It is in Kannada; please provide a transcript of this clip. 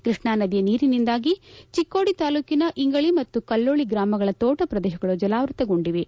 ಕೃಷ್ಣಾ ನದಿ ನೀರಿನಿಂದಾಗಿ ಚಿಕ್ಕೋಡಿ ತಾಲೂಕಿನ ಇಂಗಳ ಮತ್ತು ಕಲ್ಲೋಳಿ ಗ್ರಾಮಗಳ ತೊಣ್ಣ ಪ್ರದೇಶಗಳು ಜಲಾವೃತಗೊಂಡಿವೆ